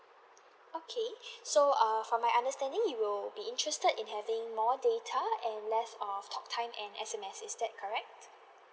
okay so err from my understanding you'll be interested in having more data and less of talk time and S_M_S is that correct